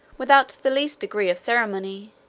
without the least degree of ceremony